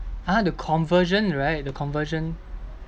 !huh! the conversion right the conversion